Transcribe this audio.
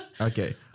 Okay